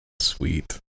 sweet